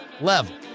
level